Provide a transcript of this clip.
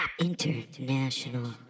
International